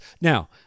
Now